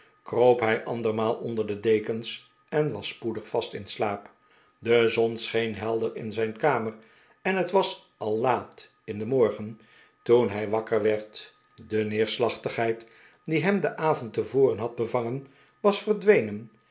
kroop hij andermaal onder de dekens en was spoedig vast in slaap de zon scheen helder in zijn kamer en het was al laat in den morgen toen hij wakker werd de neerslachtigheid die hem den avond tevoren had bevangen was verdwenen